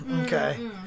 Okay